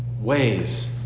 ways